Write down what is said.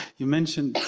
you mentioned,